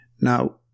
Now